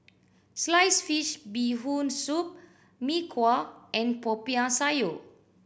sliced fish Bee Hoon Soup Mee Kuah and Popiah Sayur